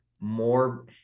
more